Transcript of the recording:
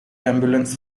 ambulance